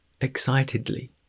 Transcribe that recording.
Excitedly